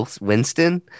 Winston